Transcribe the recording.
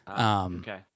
Okay